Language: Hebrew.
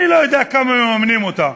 אני לא יודע כמה מממנים אותה,